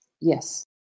Yes